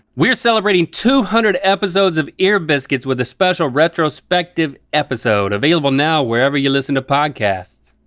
we're celebrating two hundred episodes of ear biscuits with a special retrospective episode, available now wherever you listen to podcasts.